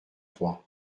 trois